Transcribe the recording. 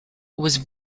was